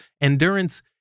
Endurance